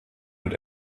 und